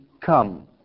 come